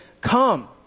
come